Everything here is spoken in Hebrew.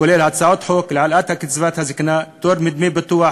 כולל הצעות חוק להעלאת קצבת הזיקנה ופטור מדמי ביטוח